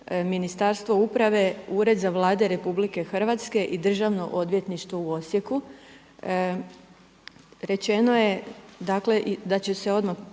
Ministarstvo uprave, Ured za Vlade RH i državno odvjetništvo u Osijeku. Rečeno je dakle da će se odmah